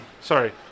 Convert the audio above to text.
sorry